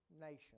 nation